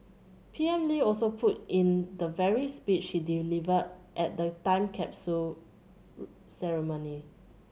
P M Lee also put in the very speech he delivered at the time capsule ceremony